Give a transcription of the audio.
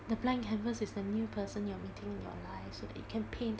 the blank canvas is the new person you're meeting in your life so that you can paint